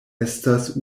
estas